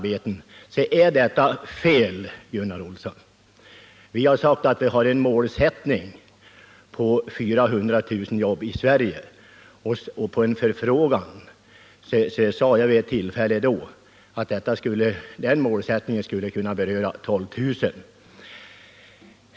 Detta är ett helt felaktigt påstående, Gunnar Olsson. Vi har sagt att vi har en målsättning på 400 000 nya jobb i Sverige fram till 1985. På en förfrågan sade jag att denna målsättning för Värmlands del skulle kunna beröra 12000. Även den målsättningen gäller 1985.